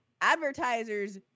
advertisers